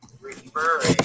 referring